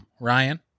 Ryan